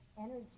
energy